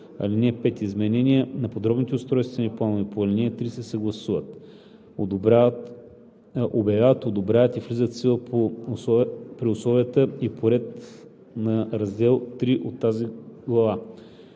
(5) Изменения на подробните устройствени планове по ал. 3 се съгласуват, обявяват, одобряват и влизат в сила при условията и по реда на раздел III от тази глава.